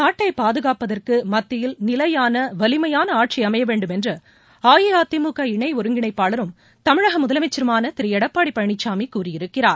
நாட்டைபாதுகாப்பதற்குமத்தியில் நிலையானவலிமையானஆட்சிஅமையவேண்டும் என்றுஅஇஅதிமுக இணைஒருங்கிணைப்பாளரும் தமிழ்நாடுமுதலமைச்சருமானதிருளடப்பாடிபழனிசாமிகூறியிருக்கிறார்